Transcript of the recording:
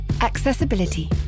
Accessibility